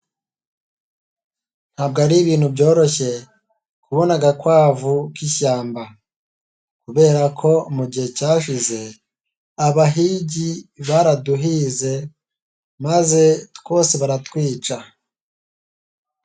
Ntabwo ari ibintu byoroshye kubona agakwavu k'ishyamba, kuberako mu gihe cyashize, abahigi baraduhize maze twose baratwica.